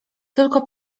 tylko